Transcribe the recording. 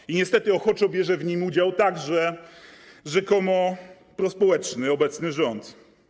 I niestety ochoczo bierze w nim udział także rzekomo prospołeczny obecny rząd.